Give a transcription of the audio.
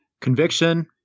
Conviction